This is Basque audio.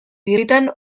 birritan